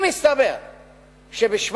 אם יסתבר שבשווייץ